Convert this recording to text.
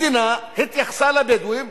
המדינה התייחסה לבדואים